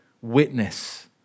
witness